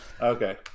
Okay